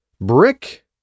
Brick